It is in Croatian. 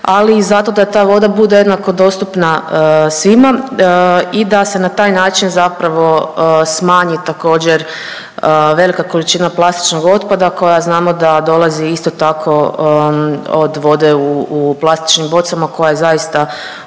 ali i zato da ta vod bude jednako dostupna svima i da se na taj način zapravo smanji također velika količina plastičnog otpada koja znamo da dolazi isto tako od vode u plastičnim bocama koja je zaista